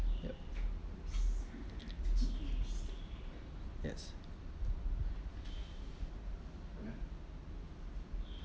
yup yes